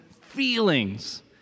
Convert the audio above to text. feelings